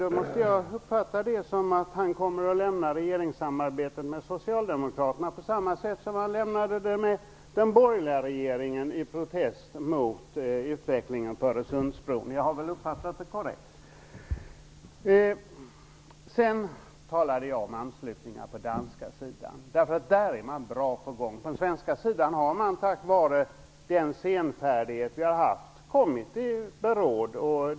Då måste jag uppfatta det så att han kommer att lämna regeringssamarbetet med Socialdemokraterna, på samma sätt som han lämnade det med den borgerliga regeringen i protest mot utvecklingen i fråga om Öresundsbron. Jag har väl uppfattat det korrekt? Sedan talade jag om anslutningar på den danska sidan, där man är bra på gång. På den svenska sidan har man, tack vare den senfärdighet vi har haft, kommit i beråd.